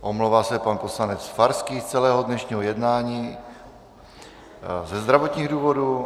Omlouvá se pan poslanec Farský z celého dnešního jednání ze zdravotních důvodů.